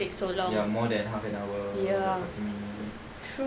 ya more than half an hour like forty minutes